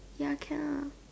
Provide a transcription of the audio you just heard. ya can lah